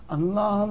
Allah